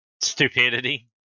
stupidity